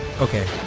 okay